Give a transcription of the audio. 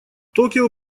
токио